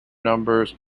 numbers